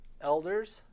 Elders